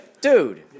Dude